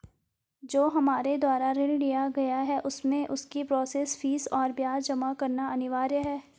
जो हमारे द्वारा ऋण लिया गया है उसमें उसकी प्रोसेस फीस और ब्याज जमा करना अनिवार्य है?